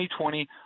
2020